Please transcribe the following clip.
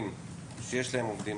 שיש להם עובדים,